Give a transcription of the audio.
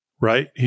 right